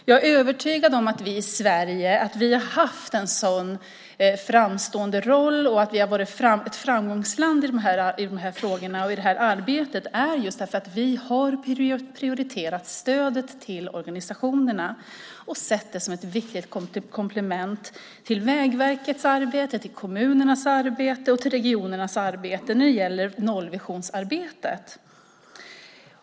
Jag är övertygad om att anledningen till att vi i Sverige har haft en sådan framstående roll och varit ett framgångsland i dessa frågor och i detta arbete är just att vi har prioriterat stödet till organisationerna och sett det som ett viktigt komplement till Vägverkets arbete, till kommunernas arbete och till regionernas arbete när det gäller nollvisionsarbetet.